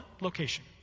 location